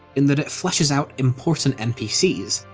in that it fleshes out important npcs,